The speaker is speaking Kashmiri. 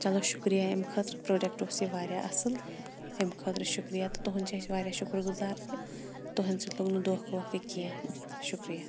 چلو شُکریہ امہِ خٲطرٕ پرٛوڈَکٹ اوس یہِ واریاہ اَصٕل ایٚمہِ خٲطرٕ شُکریہ تہٕ تُہُنٛد چھِ أسۍ واریاہ شُکُر گُزار کہِ تُہٕنٛدِ سۭتۍ لوٚگ نہٕ دھوکہٕ وھوکہٕ کینٛہہ شُکریہ